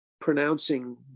pronouncing